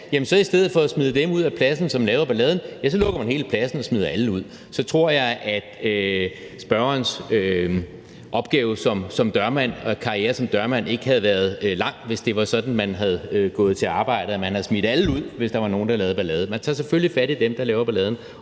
i stedet for at smide dem, som laver balladen, ud fra pladsen, lukker hele pladsen og smider alle ud. Jeg tror ikke, at spørgerens opgave og karriere som dørmand havde været lang, hvis det var sådan, man var gået til arbejdet, at man havde smidt alle ud, hvis der var nogen, der lavede ballade. Men man tager selvfølgelig fat i dem, der laver balladen,